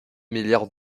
milliards